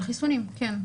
על חיסונים, כן.